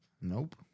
Nope